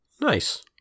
Nice